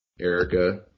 Erica